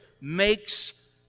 makes